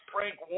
Frank